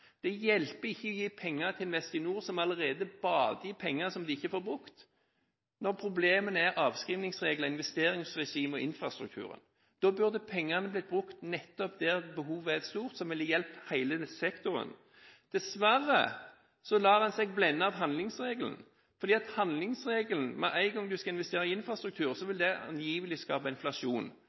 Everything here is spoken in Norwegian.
Det hjelper ikke å gi penger til Investinor, som allerede bader i penger de ikke får brukt, når problemene er avskrivningsregler, investeringsregimet og infrastrukturen. Da burde pengene blitt brukt nettopp der behovet er stort, som ville hjulpet hele sektoren. Dessverre lar en seg blende av handlingsregelen, fordi handlingsregelen, med en gang en skal investere i infrastruktur, angivelig vil skape inflasjon.